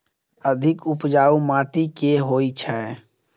अधिक उपजाउ माटि केँ होइ छै?